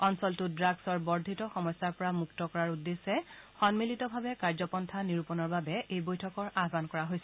অঞ্চলটোত ড্ৰাগ্ছৰ বৰ্ধিত সমস্যাৰ পৰা মুক্ত কৰাৰ উদ্দেশ্যে সম্মিলিতভাৱে কাৰ্যপন্থা নিৰূপণৰ বাবে এই বৈঠকৰ আয়ান কৰা হৈছে